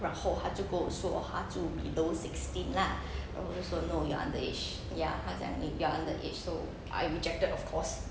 然后他就跟我说他就 below sixteen lah 然后我就说 no you're underaged ya 跟他讲 you're underaged so I rejected of course